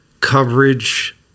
coverage